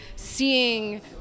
Seeing